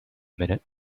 minute